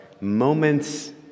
moments